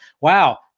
wow